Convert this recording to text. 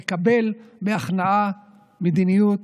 לקבל בהכנעה מדיניות